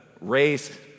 race